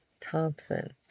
Thompson